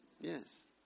Yes